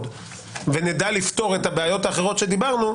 ונדע לפתור את הבעיות האחרות שדיברנו,